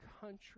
country